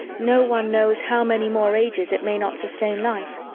no one knows how many more ages it may not sustain life.